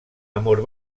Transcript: amor